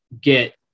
get